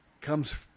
comes